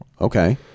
Okay